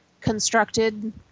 constructed